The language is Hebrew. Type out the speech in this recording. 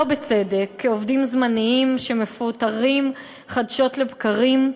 לא בצדק, כעובדים זמניים שמפוטרים חדשות לבקרים.